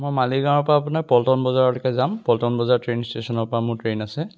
মই মালিগাঁৱৰ পৰা আপোনাৰ পল্টন বজাৰলৈকে যাম পল্টন বজাৰ ট্ৰেইন ষ্টেচনৰ পৰা মোৰ ট্ৰেইন আছে